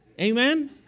Amen